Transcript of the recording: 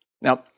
Now